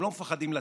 הם לא מפחדים לצאת,